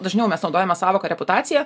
dažniau mes naudojame sąvoką reputacija